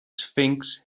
sphinx